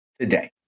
today